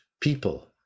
people